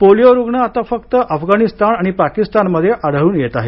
पोलिओरुग्ण आता फक्त अफगणिस्तान आणि पाकिस्तानमध्ये आढळून येत आहेत